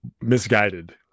misguided